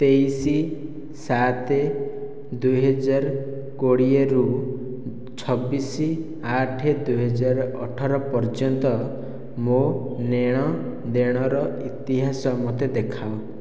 ତେଇଶ ସାତ ଦୁଇହଜାର କୋଡ଼ିଏରୁ ଛବିଶ ଆଠ ଦୁଇହଜାର ଅଠର ପର୍ଯ୍ୟନ୍ତ ମୋ' ନେଣ ଦେଣର ଇତିହାସ ମୋତେ ଦେଖାଅ